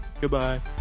Goodbye